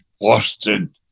Boston